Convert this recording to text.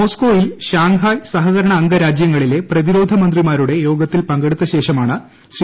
മോസ്ക്കോയിൽ Shanghai സഹകരണ അംഗ രാജ്യങ്ങളിലെ പ്രതിരോധ മന്ത്രിമാരുടെ യോഗത്തിൽ പങ്കെടുത്ത ശേഷമാണ് ശ്രീ